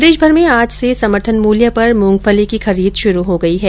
प्रदेशभर में आज से समर्थन मूल्य पर मूंगफली की खरीद शुरू हो गई है